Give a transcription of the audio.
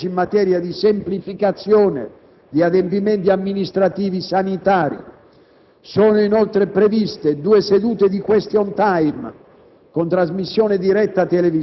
reca anche il disegno di legge in materia di semplificazione di adempimenti amministrativi sanitari. Sono inoltre previste due sedute di *question time*